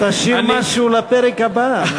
תשאיר משהו לפרק הבא.